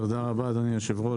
תודה רבה, אדוני היושב ראש.